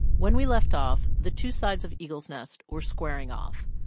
when we left off, the two sides of eagle's nest were squaring off,